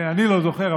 אני לא זוכר,